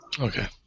Okay